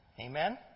Amen